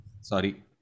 Sorry